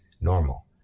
normal